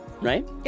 right